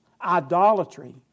idolatry